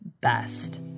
best